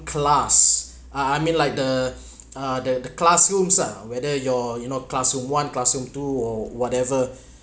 class uh I mean like the uh the the classrooms lah whether you're you know class one classroom two or whatever